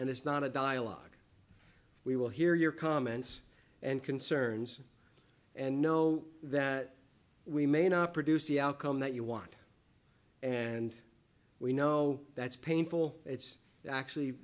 and it's not a dialogue we will hear your comments and concerns and know that we may not produce the outcome that you want and we know that's painful it's actually